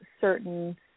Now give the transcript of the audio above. certain